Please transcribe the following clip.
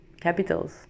capitals